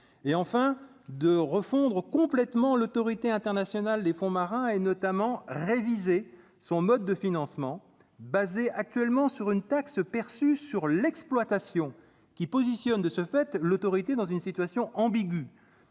et enfin de refondre complètement l'autorité internationale des fonds marins et notamment réviser son mode de financement basé actuellement sur une taxe perçue sur l'exploitation qui positionne de ce fait, l'autorité dans une situation ambigu